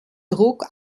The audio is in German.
druck